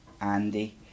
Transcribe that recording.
Andy